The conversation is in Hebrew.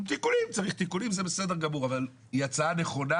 עם תיקונים וזה בסדר גמור אבל זאת הצעה נכונה